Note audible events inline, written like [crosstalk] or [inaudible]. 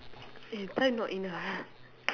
eh time not in ah [noise]